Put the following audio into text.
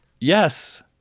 Yes